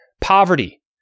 poverty